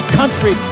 country